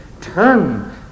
Turn